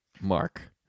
Mark